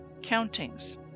countings